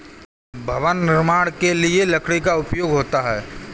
भवन निर्माण के लिए लकड़ी का उपयोग होता है